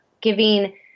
giving